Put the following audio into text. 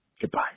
Goodbye